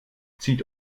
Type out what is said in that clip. zieht